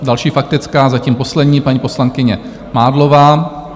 Další faktická, zatím poslední, paní poslankyně Mádlová.